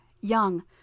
young